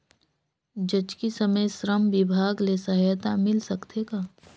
जचकी समय श्रम विभाग ले सहायता मिल सकथे का?